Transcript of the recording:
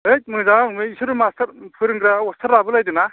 हैद मोजां बिसोरो मास्टार फोरोंग्रा अस्ताद लाबो लायदोंना